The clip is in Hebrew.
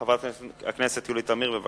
חברת הכנסת יולי תמיר, בבקשה.